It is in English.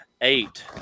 eight